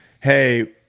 hey